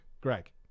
Greg